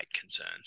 concerns